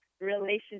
relationship